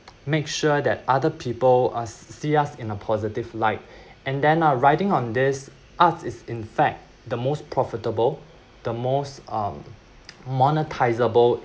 make sure that other people uh see us in a positive light and then uh riding on this art is in fact the most profitable the most um monetisable